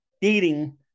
dating